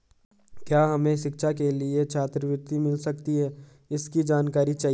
क्या हमें शिक्षा के लिए छात्रवृत्ति मिल सकती है इसकी जानकारी चाहिए?